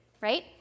right